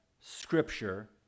scripture